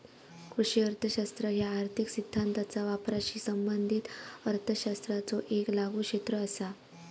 कृषी अर्थशास्त्र ह्या आर्थिक सिद्धांताचा वापराशी संबंधित अर्थशास्त्राचो येक लागू क्षेत्र असा